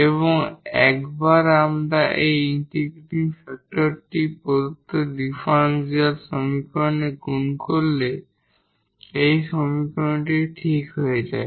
এবং একবার আমরা এই ইন্টিগ্রেটিং ফ্যাক্টরটিকে প্রদত্ত ডিফারেনশিয়াল সমীকরণে গুণ করলে এই সমীকরণটি ঠিক হয়ে যাবে